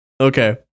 okay